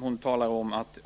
Hon talar om att